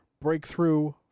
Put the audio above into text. Breakthrough